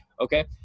Okay